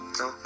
no